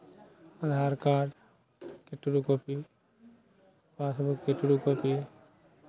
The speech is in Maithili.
आधारकार्डके ट्रू कॉपी पासबुकके ट्रू कॉपी